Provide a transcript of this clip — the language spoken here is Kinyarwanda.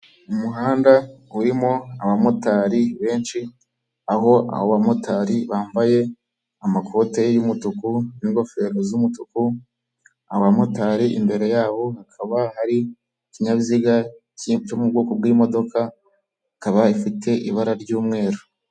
Umuhanda urimo abamotari benshi aho abo bamotari bambaye amakoti y'umutuku n'ingofero z'umutuku, abamotari imbere yabo hakaba hari ikinyabiziga ki cyo mu bwoko bw'imodoka ikaba ifite ibara ry'umweru.